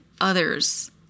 others